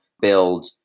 build